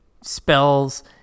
spells